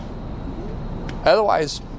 otherwise